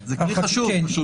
חשוב.